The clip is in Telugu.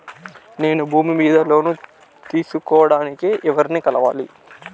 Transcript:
నేను భూమి మీద లోను తీసుకోడానికి ఎవర్ని కలవాలి?